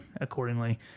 accordingly